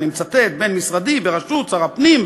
אני מצטט: בין-משרדי בראשות שר הפנים,